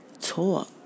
talk